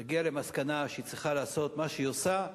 תגיע למסקנה שהיא צריכה לעשות מה שהיא עושה,